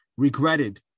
regretted